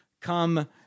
come